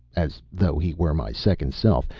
as though he were my second self,